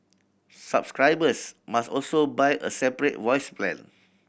subscribers must also buy a separate voice plan